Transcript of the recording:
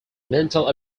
mental